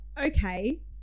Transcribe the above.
okay